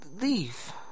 leave